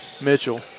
Mitchell